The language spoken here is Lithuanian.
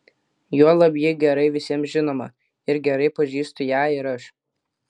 juolab ji gerai visiems žinoma ir gerai pažįstu ją ir aš